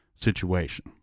situation